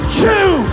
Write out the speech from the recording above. two